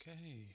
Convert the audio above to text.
Okay